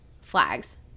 flags